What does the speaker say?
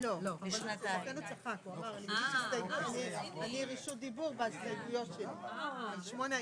10:22.